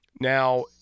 Now